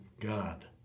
God